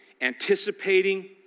anticipating